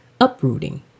uprooting